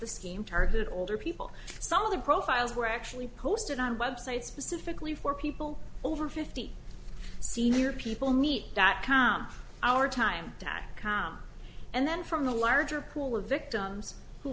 the scheme target older people some of the profiles were actually posted on websites specifically for people over fifty senior people meet that come our time back and then from the larger pool of victims who